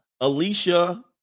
alicia